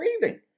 breathing